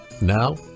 Now